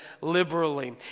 liberally